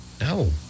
No